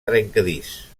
trencadís